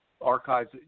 archives